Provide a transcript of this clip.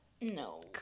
No